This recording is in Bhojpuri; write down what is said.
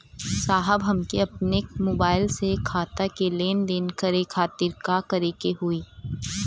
साहब हमके अपने मोबाइल से खाता के लेनदेन करे खातिर का करे के होई?